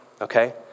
Okay